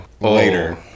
later